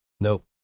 Nope